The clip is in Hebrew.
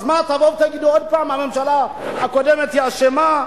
אז תגידו שוב: הממשלה הקודמת אשמה?